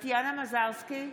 טטיאנה מזרסקי,